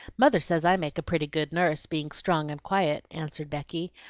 mother says i make a pretty good nurse, being strong and quiet, answered becky,